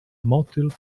motyl